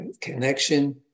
connection